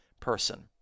person